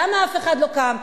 למה אף אחד לא קם?